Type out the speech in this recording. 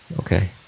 Okay